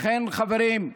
לכן, חברים,